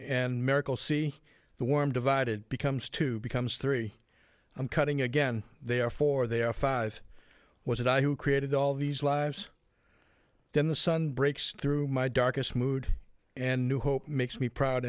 and miracle see the warm divide it becomes to becomes three i'm cutting again therefore they are five was it i who created all these lives then the sun breaks through my darkest mood and new hope makes me proud